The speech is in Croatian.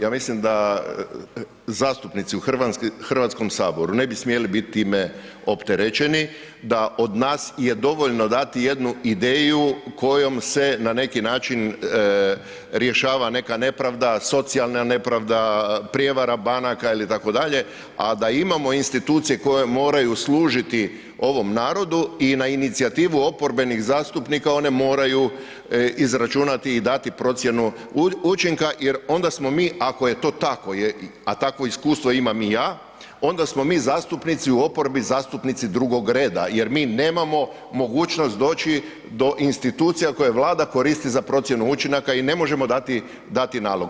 Ja mislim da zastupnici u Hrvatskom saboru ne bi smjeli biti time opterećeni da od nas je dovoljno dati jednu ideju kojom se na neki način rješava neka nepravda, socijalna nepravda, prijevara banaka itd., a da imamo institucije koje moraju služiti ovom narodu i na inicijativu oporbenih zastupnika one moraju izračunati i dati procjenu učinka jer onda smo ako je to tako, a takvo iskustvo imam i ja onda smo mi zastupnici u oporbi zastupnici drugog reda jer mi nemamo mogućnost doći do institucija koje Vlada koristi za procjenu učinaka i ne možemo dati nalog.